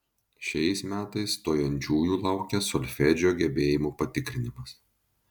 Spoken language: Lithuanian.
šiais metais stojančiųjų laukia solfedžio gebėjimų patikrinimas